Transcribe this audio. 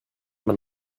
man